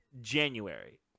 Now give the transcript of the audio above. January